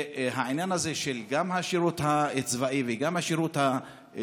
והעניין הזה גם של השירות הצבאי וגם של השירות האזרחי,